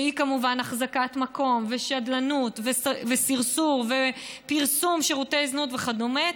שהיא כמובן החזקת מקום ושדלנות וסרסור ופרסום שירותי זנות וכדומה,